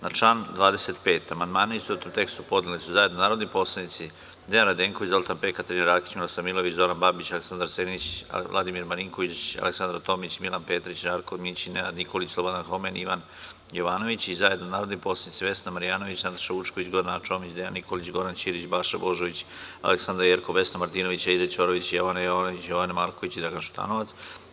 Na član 25. amandmane, u istovetnom tekstu, podneli su zajedno narodni poslanici Dejan Radenković, Zoltan Pek, Katarina Rakić, Miroslav Milojević, Zoran Babić, Aleksandar Senić, Vladimir Marinković, Aleksandra Tomić, Milan Petrić, Žarko Mićin, Nenad Nikolić, Slobodan Homen i Ivan Jovanović i zajedno narodni poslanici Vesna Marjanović, Nataša Vučković, Gordana Čomić, Dejan Nikolić, Goran Ćirić, Balša Božović, Aleksandra Jerkov, Vesna Martinović, Aida Ćorović, Jovana Jovanović, Jovan Marković i Dragan Šutanovac.